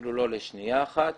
אפילו לא לשנייה אחת.